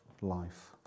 life